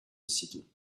city